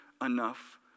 enough